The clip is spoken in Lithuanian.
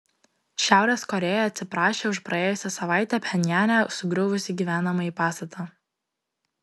šiaurės korėja atsiprašė už praėjusią savaitę pchenjane sugriuvusį gyvenamąjį pastatą